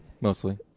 Mostly